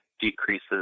decreases